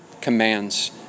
commands